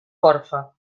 corfa